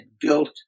built